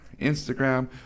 Instagram